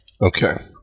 okay